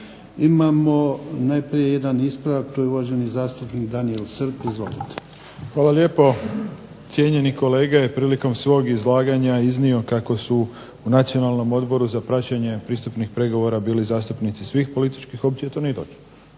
Imamo najprije jedan ispravak. To je uvaženi zastupnik Daniel Srb. Izvolite. **Srb, Daniel (HSP)** Hvala lijepo. Cijenjeni kolega je prilikom svog izlaganja iznio kako su u Nacionalnom odboru za praćenje pristupnih pregovora bili zastupnici svih političkih opcija. To nije